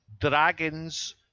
dragons